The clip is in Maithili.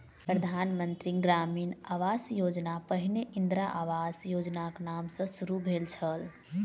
प्रधान मंत्री ग्रामीण आवास योजना पहिने इंदिरा आवास योजनाक नाम सॅ शुरू भेल छल